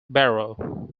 barrow